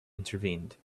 intervened